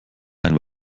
ein